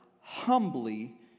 humbly